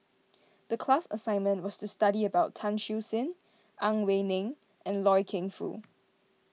the class assignment was to study about Tan Siew Sin Ang Wei Neng and Loy Keng Foo